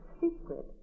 secret